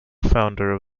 founder